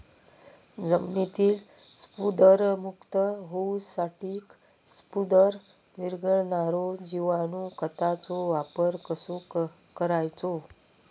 जमिनीतील स्फुदरमुक्त होऊसाठीक स्फुदर वीरघळनारो जिवाणू खताचो वापर कसो करायचो?